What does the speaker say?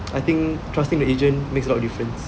I think trusting the agent makes a lot of difference